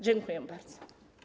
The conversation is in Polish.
Dziękuję bardzo.